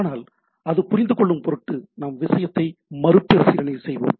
ஆனால் அது புரிந்துகொள்ளும் பொருட்டு நாம் விஷயத்தை மறுபரிசீலனை செய்வோம்